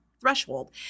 threshold